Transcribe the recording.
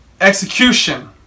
execution